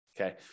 okay